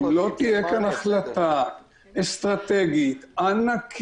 אם לא תהיה כאן החלטה אסטרטגית ענקית